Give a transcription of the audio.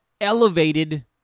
elevated